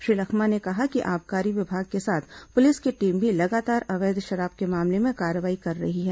श्री लखमा ने कहा कि आबकारी विभाग के साथ पुलिस की टीम भी लगातार अवैध शराब के मामले में कार्रवाई कर रही है